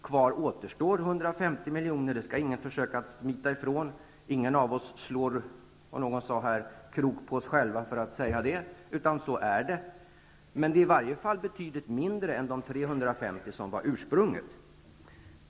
Kvar återstår 15 milj.kr. Det skall ingen försöka att smita ifrån. Vi slår inte, vilket här tidigare sades, krok på oss själva genom att säga det. Så är det. Det är i varje fall betydligt mindre än de 350 som var den ursprungliga summan.